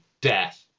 death